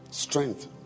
strength